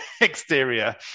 exterior